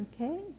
Okay